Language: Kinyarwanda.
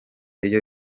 iyo